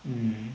mm